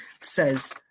says